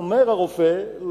אומר הרופא,